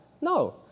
No